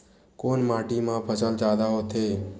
कोन माटी मा फसल जादा होथे?